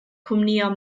cwmnïau